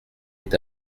est